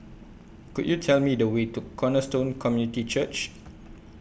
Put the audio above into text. Could YOU Tell Me The Way to Cornerstone Community Church